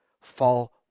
fall